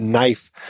knife